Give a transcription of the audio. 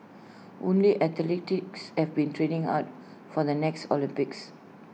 only athletes have been training hard for the next Olympics